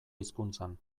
hizkuntzan